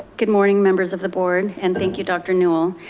good morning, members of the board. and thank you, dr. newell.